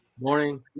morning